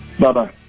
Bye-bye